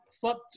fuck